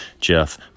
Jeff